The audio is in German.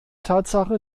tatsache